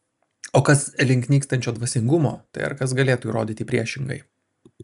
o kas link nykstančio dvasingumo tai ar kas galėtų įrodyti priešingai